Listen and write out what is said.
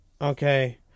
okay